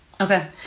Okay